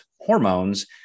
hormones